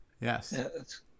Yes